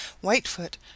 Whitefoot